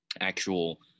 actual